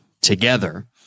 together